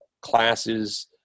classes